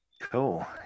Cool